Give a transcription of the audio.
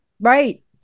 Right